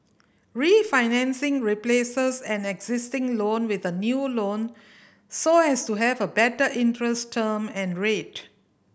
refinancing replaces an existing loan with a new loan so as to have a better interest term and rate